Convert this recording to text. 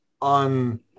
on